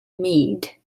meade